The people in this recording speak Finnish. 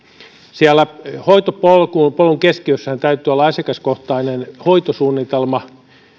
siellä hoitopolun keskiössähän täytyy olla asiakaskohtainen hoitosuunnitelma